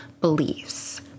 beliefs